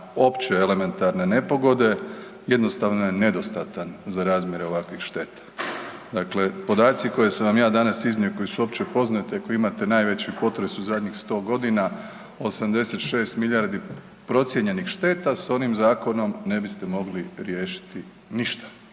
opće elementarne nepogode jednostavno je nedostatan za razmjere ovakvih šteta. Dakle, podaci koje sam vam ja danas iznio koji su opće poznati, ako imate najveći potres u zadnjih 100 godina, 86 milijardi procijenjenih šteta s onim zakonom ne biste mogli riješiti ništa.